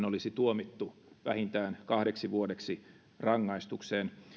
olisi tuomittu vähintään kahdeksi vuodeksi rangaistukseen